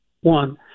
one